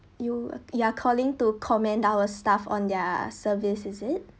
you uh you are calling to commend our staff on their service is it